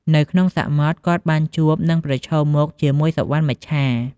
នៅក្នុងសមុទ្រ គាត់បានជួបនឹងប្រឈមមុខជាមួយសុវណ្ណមច្ឆា។